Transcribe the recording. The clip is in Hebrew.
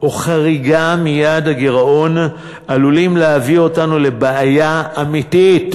או חריגה מיעד הגירעון עלולים להביא אותנו לבעיה אמיתית,